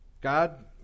God